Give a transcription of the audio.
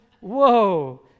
whoa